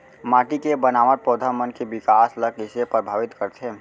माटी के बनावट पौधा मन के बिकास ला कईसे परभावित करथे